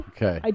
Okay